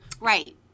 Right